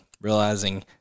realizing